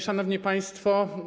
Szanowni Państwo!